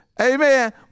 Amen